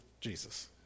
Jesus